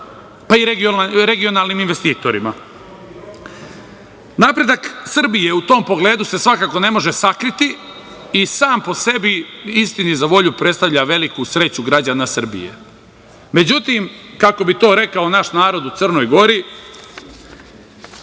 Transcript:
pa i regionalnim investitorima. Napredak Srbije u tom pogledu se svakako ne može sakriti i sam po sebi istini za volju predstavlja veliku sreću građana Srbije. Međutim, kako bi to rekao naš narod u Crnoj Gori